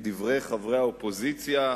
כדברי חברי האופוזיציה,